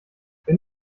wenn